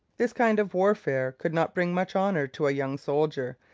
this kind of warfare could not bring much honour to a young soldier,